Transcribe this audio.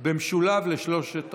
במשולב לשלושת החוקים.